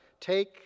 take